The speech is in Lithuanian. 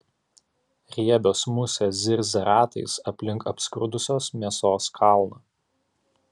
riebios musės zirzia ratais aplink apskrudusios mėsos kalną